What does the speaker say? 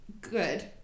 good